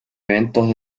eventos